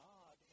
God